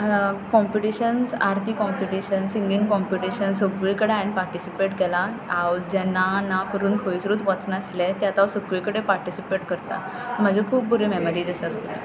competitions aarti competitions singing competition सगळी कडेन हांवें पाटिसिपेट केलां हांव जें ना ना करून खंयसरूच वच नासलें तें आतां हांव सकळी कडेन पिटिसिपेट करता म्हज्यो खूब बऱ्यो मॅमरीज आसा स्कुलान